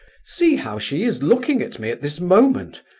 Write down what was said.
see how she is looking at me at this moment!